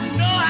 no